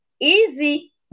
easy